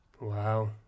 Wow